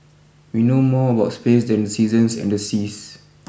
we know more about space than the seasons and the seas